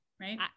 Right